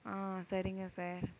ஆ சரிங்க சார்